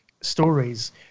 stories